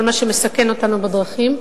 כל מה שמסכן אותנו בדרכים.